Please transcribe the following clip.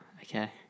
okay